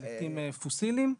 בדלקים פוסיליים.